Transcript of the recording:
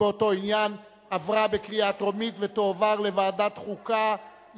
לדיון מוקדם בוועדת החוקה,